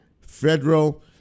federal